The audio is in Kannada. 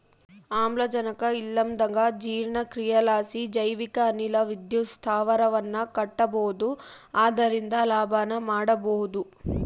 ಆಮ್ಲಜನಕ ಇಲ್ಲಂದಗ ಜೀರ್ಣಕ್ರಿಯಿಲಾಸಿ ಜೈವಿಕ ಅನಿಲ ವಿದ್ಯುತ್ ಸ್ಥಾವರವನ್ನ ಕಟ್ಟಬೊದು ಅದರಿಂದ ಲಾಭನ ಮಾಡಬೊಹುದು